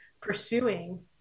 pursuing